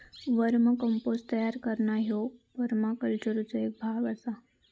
वर्म compost तयार करणा ह्यो परमाकल्चरचो एक भाग आसा